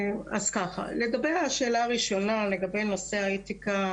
לגבי השאלה הראשונה לגבי נושא האתיקה,